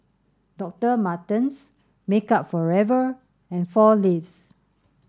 Doctor Martens Makeup For Ever and Four Leaves